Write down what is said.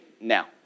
now